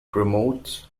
promotes